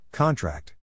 Contract